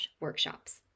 workshops